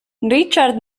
richard